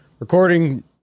Recording